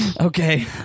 okay